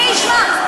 מי ישמע?